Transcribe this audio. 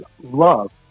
love